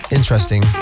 interesting